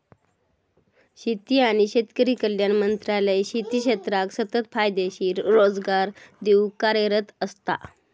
शेती आणि शेतकरी कल्याण मंत्रालय शेती क्षेत्राक सतत फायदेशीर रोजगार देऊक कार्यरत असता